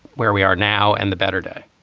where we are now and the better day.